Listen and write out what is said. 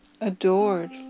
adored